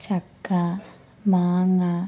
ചക്ക മാങ്ങ